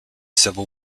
civil